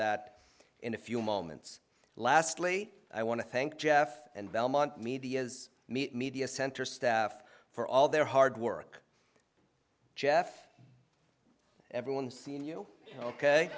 that in a few moments lastly i want to thank jeff and belmont media's meat media center staff for all their hard work jeff everyone seen you ok